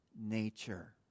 nature